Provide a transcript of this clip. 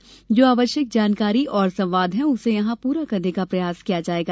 र्जो आवश्यक जानकारी और संवाद है उसे यहां पूरा करने का प्रयास किया जाएगा